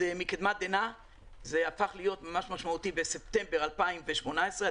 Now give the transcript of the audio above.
מקדמת דנא והוא הפך להיות ממש משמעותי בספטמבר 2018,